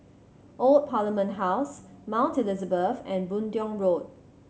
Old Parliament House Mount Elizabeth and Boon Tiong Road